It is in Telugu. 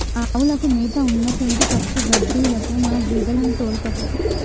ఆవులకు మేత ఉన్నసొంటి పచ్చిగడ్డిలకు మన గేదెలను తోల్కపో